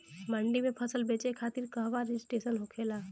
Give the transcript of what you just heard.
मंडी में फसल बेचे खातिर कहवा रजिस्ट्रेशन होखेला?